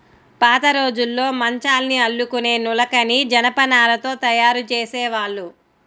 పాతరోజుల్లో మంచాల్ని అల్లుకునే నులకని జనపనారతో తయ్యారు జేసేవాళ్ళు